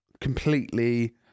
completely